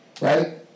right